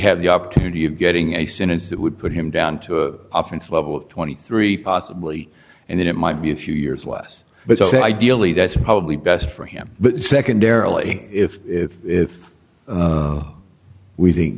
had the opportunity of getting a sentence that would put him down to a fence level of twenty three possibly and it might be a few years less but ideally that's probably best for him but secondarily if if if we think